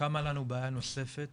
קמה לנו בעיה נוספת